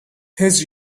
his